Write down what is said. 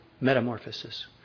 metamorphosis